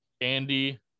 Andy